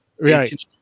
Right